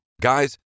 Guys